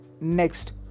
next